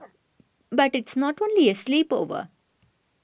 but it's not only a sleepover